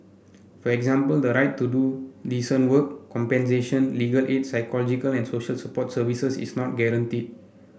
for example the right to do decent work compensation legal aid psychological and social support services is not guarantee